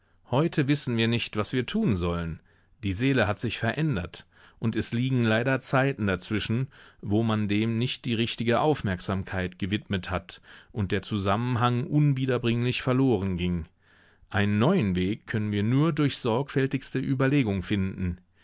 heute wissen wir nicht was wir tun sollen die seele hat sich verändert und es liegen leider zeiten dazwischen wo man dem nicht die richtige aufmerksamkeit gewidmet hat und der zusammenhang unwiederbringlich verloren ging einen neuen weg können wir nur durch sorgfältigste überlegung finden